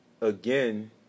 again